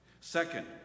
Second